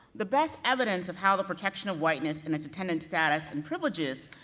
the best evidence of how the protection of whiteness, and its intendant status, and privileges,